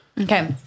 Okay